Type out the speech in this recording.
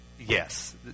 yes